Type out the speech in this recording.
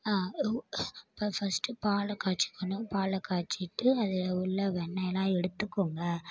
first பாலை காய்ச்சிக்குனும் பாலை காய்ச்சிட்டு அதில் உள்ள வெண்ணெயல்லாம் எடுத்துக்கோங்க